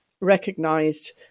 recognized